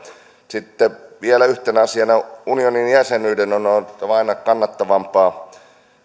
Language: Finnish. sitten vielä yhtenä asiana unionin jäsenyyden on oltava aina kannattavampaa